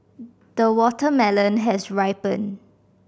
the watermelon has ripened